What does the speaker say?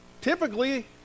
typically